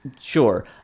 Sure